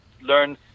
learn